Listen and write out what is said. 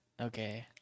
okay